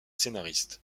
scénariste